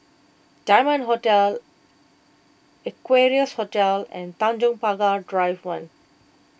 Diamond Hotel Equarius Hotel and Tanjong Pagar Drive one